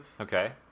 Okay